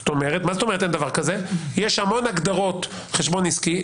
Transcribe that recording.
כלומר, יש המון הגדרות של חשבון עסקי.